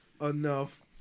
enough